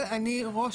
ראש